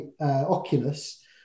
Oculus